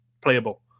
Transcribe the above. playable